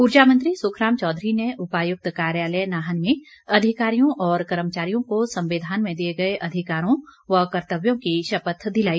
ऊर्जा मंत्री सुखराम चौधरी ने उपायुक्त कार्यालय नाहन में अधिकारियों और कर्मचारियों को संविधान में दिए गए अधिकारों व कर्तव्यों की शपथ दिलाई